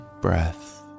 breath